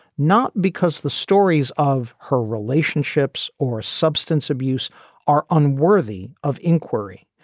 not because the stories of her relationships or substance abuse are unworthy of inquiry,